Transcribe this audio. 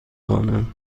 خوانم